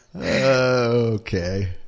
Okay